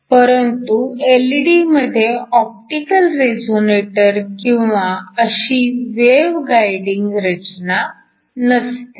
परंतु एलईडीमध्ये optical resonator किंवा अशी वेव्ह गायडींग रचना नसते